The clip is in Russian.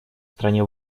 стране